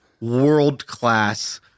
world-class